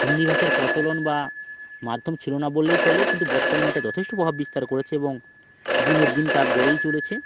হিন্দি ভাষার প্রচলন বা মাধ্যম ছিলো না বললেই চলে কিন্তু বর্তমানে এটা যথেষ্ট প্রভাব বিস্তার করেছে এবং দিনের দিন তা বেড়েই চলেছে